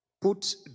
put